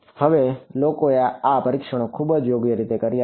હવે લોકોએ આ પરીક્ષણો ખૂબ જ યોગ્ય રીતે કર્યા છે